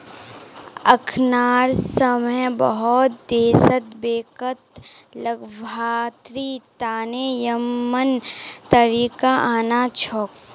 अखनार समय बहुत देशत बैंकत लाभार्थी तने यममन तरीका आना छोक